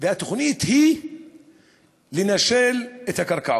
והתוכנית היא לנשל אותם מהקרקעות.